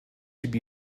should